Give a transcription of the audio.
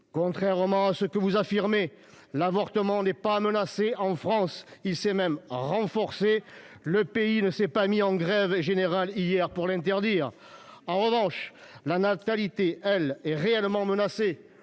Contrairement à ce que vous affirmez, l'avortement n'est pas menacé en France ;... Il l'est, par vous !... ce droit a même été renforcé. Le pays ne s'est pas mis en grève générale, hier, pour l'interdire ! En revanche, la natalité, elle, est réellement menacée